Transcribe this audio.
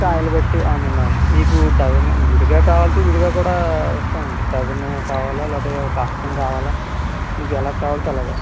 కాయలు బట్టి అవునండి అవును మీకు డజన్ విడిగా కావాలంటే విడిగా కూడా ఇస్తాం అండి డజన్ కావాలి లేదా ఒక హస్తం కావాలి మీకు ఎలా కావాలంటే అలాగ